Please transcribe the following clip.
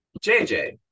JJ